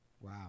Wow